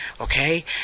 Okay